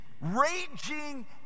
raging